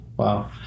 Wow